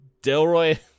Delroy